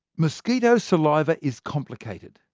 mosquito saliva is complicated.